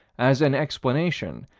as an explanation,